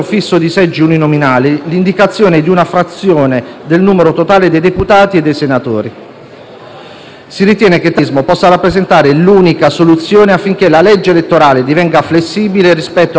Si ritiene che tale meccanismo possa rappresentare l'unica soluzione affinché la legge elettorale divenga flessibile rispetto alla variabile del numero dei parlamentari, fissato in Costituzione. Con particolare riferimento alle Province autonome di Trento e Bolzano,